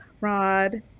Rod